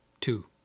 two